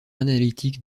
analytique